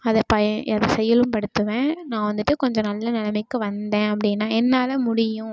அதை பயன் அதை செயலும் படுத்துவேன் நான் வந்துட்டு கொஞ்சம் நல்ல நிலைமைக்கு வந்தேன் அப்படின்னா என்னால் முடியும்